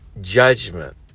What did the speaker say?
judgment